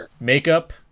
makeup